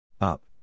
Up